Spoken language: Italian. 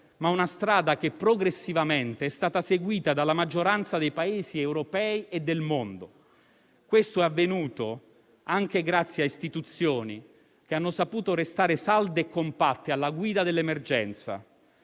ma una strada che progressivamente è stata seguita dalla maggioranza dei Paesi europei e del mondo. Questo è avvenuto anche grazie a istituzioni che hanno saputo restare salde e compatte alla guida dell'emergenza.